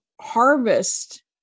harvest